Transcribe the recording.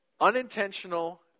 Unintentional